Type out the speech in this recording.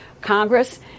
Congress